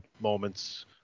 moments